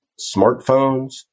smartphones